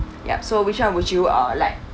yup so which one would you uh like